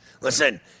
Listen